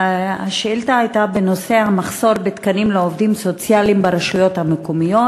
השאילתה היא בנושא המחסור בתקנים לעובדים סוציאליים ברשויות המקומיות.